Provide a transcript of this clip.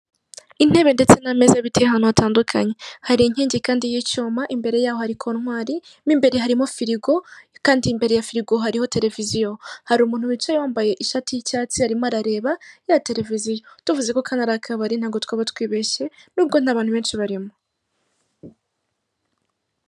Intebe ndetse n'ameza biteye ahantu hatandukanye, hari inkingi kandi y'icyuma, imbere yaho hari kontwari, mo imbere harimo firigo kandi imbere ya firigo hariho tereviziyo, hari umuntu wicaye wambaye ishati y'icyatsi arimo arareba ya tereviziyo, tuvuze ko kandi ari akabari ntabwo twaba twibeshye n'ubwo nta bantu benshi barimo.